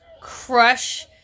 crush